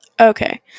Okay